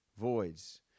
Voids